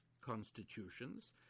constitutions